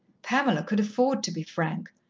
pamela could afford to be frank,